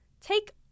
take